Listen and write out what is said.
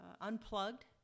unplugged